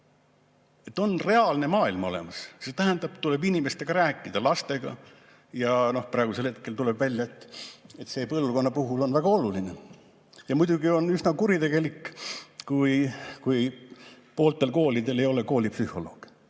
et on reaalne maailm olemas. See tähendab, tuleb rääkida inimestega, lastega. Ja praegusel hetkel tuleb välja, et selle põlvkonna puhul on see väga oluline. Muidugi on üsna kuritegelik, kui pooltel koolidel ei ole koolipsühholooge.